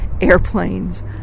airplanes